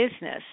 business